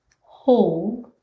hold